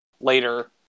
later